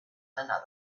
another